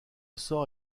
sort